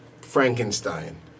Frankenstein